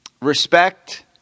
respect